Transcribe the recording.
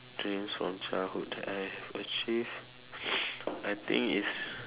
dreams from childhood that I have achieved I think it's